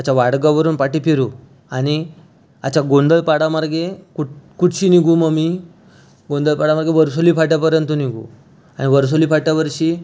अच्छा वाडगाववरून पाठी फिरू आणि अच्छा गोंधळपाडा मार्गे कुठ कुठंशी निघू मग मी गोंधळपाडा मार्गे वरसोली फाट्यापर्यंत निघू आणि वरसोली फाट्यावरशी